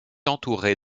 entouré